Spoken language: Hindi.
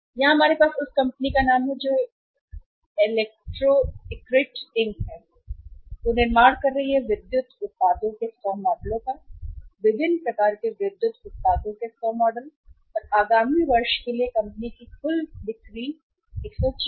यहां हमारे पास उस कंपनी का नाम है जो इलेक्ट्रोइक्रिट इंक है और वे निर्माण कर रही हैं विद्युत उत्पादों के 100 मॉडल विभिन्न प्रकार के विद्युत उत्पादों के 100 मॉडल और आगामी वर्ष के लिए कंपनी की कुल बिक्री आगामी वर्ष के लिए रु